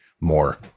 more